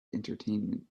entertainment